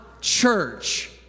church